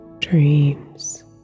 dreams